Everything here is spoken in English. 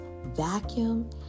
vacuum